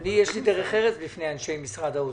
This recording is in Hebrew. לי יש דרך ארץ בפני אנשי משרד האוצר.